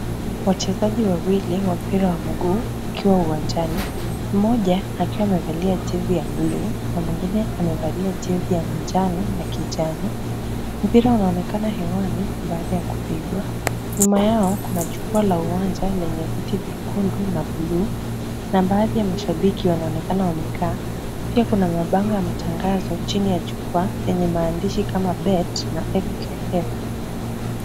Wachezaji wawili wa mpira wa mguu wakiwa uwanjani, mmoja akiwa amevalia jezi ya bluu na mwingine amevalia jezi ya manjano na kijani. Mpira unaonekana hewani baada ya kupigwa, nyuma yao kuna jukwaa la uwanja lenye viti vyekundu na bluu na baadhi ya mashabiki wanaonekana wamekaa. Pia kuna mabango ya matangazo chini ya jukwaa yenye maandishi kama Bet na FKF.